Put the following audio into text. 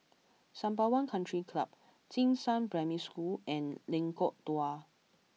Sembawang Country Club Jing Shan Primary School and Lengkok Dua